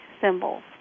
symbols